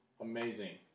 amazing